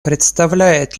представляет